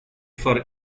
for